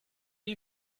you